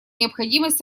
необходимость